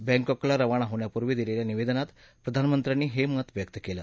बॅकॉकला रवाना होण्यापूर्वी दिलेल्या निवदेनात प्रधानमंत्र्यांनी हे मतं व्यक्त केलं